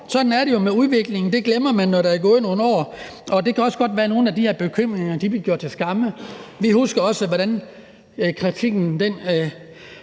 sådan er det jo med udviklingen. Det glemmer man, når der er gået nogle år, og det kan også godt være, at nogle af de her bekymringer vil blive gjort til skamme. Vi husker også, hvordan kritikken